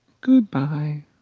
goodbye